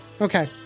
Okay